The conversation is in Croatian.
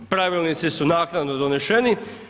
Pravilnici su naknadno doneseni.